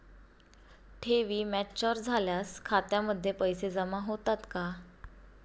ठेवी मॅच्युअर झाल्यावर खात्यामध्ये पैसे जमा होतात का?